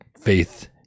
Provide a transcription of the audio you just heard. faith